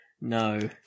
No